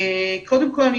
קודם כל,